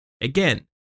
Again